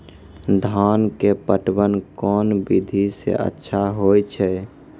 धान के पटवन कोन विधि सै अच्छा होय छै?